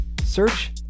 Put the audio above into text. Search